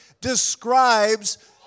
describes